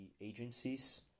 agencies